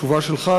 התשובה שלך,